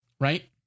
Right